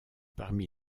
parmi